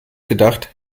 gedacht